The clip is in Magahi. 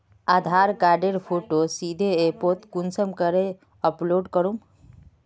आधार कार्डेर फोटो सीधे ऐपोत कुंसम करे अपलोड करूम?